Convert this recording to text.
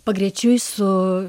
pagrečiui su